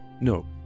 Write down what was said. No